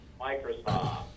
Microsoft